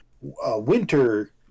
winter